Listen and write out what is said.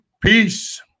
peace